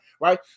right